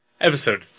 episode